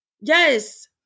Yes